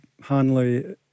Hanley